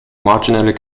marginally